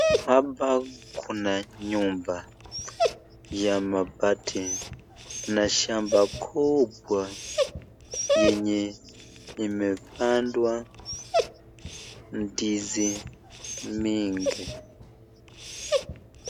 Hapa kuna nyumba ya mabati na shamba kubwa yenye imepandwa ndizi mingi.